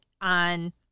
on